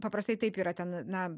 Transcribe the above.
paprastai taip yra ten na